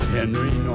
Henry